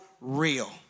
real